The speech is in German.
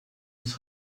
des